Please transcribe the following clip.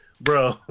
bro